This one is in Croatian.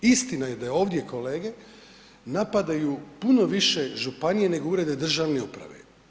Istina je da je ovdje kolege napadaju puno više županije, nego Urede državne uprave.